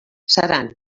seran